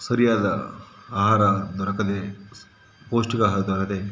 ಸರಿಯಾದ ಆಹಾರ ದೊರಕದೆ ಸ್ ಪೌಷ್ಠಿಕ ಆಹಾರ ದೊರೆಯದೆ